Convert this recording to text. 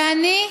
ואני,